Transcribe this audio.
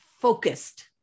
focused